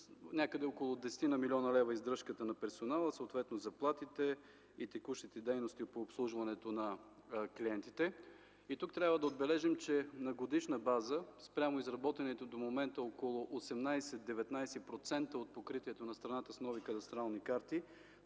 някъде около десетина милиона лева възлиза издръжката на персонала, съответно заплатите и текущите дейности по обслужването на клиентите. Тук трябва да отбележим, че на годишна база спрямо изработените до момента около 18-19% от покритието на страната с нови кадастрални карти,